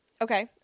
Okay